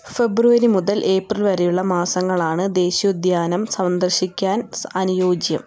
ഫെബ്രുവരി മുതൽ ഏപ്രിൽ വരെയുള്ള മാസങ്ങളാണ് ദേശ്യോദ്യാനം സന്ദർശിക്കാൻ അനുയോജ്യം